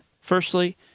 Firstly